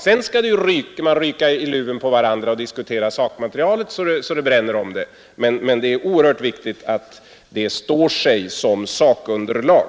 Sedan skall man ryka i luven på varandra och diskutera sakmaterialet så det bränner om det, men det är viktigt att det står sig som sakunderlag.